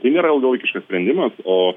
tai nėra ilgalaikiškas sprendimas o